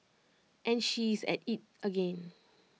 and she is at IT again